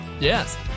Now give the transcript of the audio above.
yes